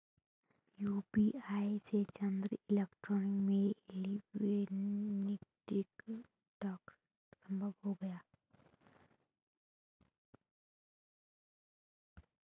UPI से चंद seconds में इलेक्ट्रॉनिक ट्रांसफर संभव हो गया है